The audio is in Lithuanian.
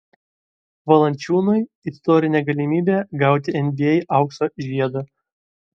valančiūnui istorinė galimybė gauti nba aukso žiedą